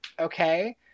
okay